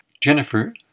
Jennifer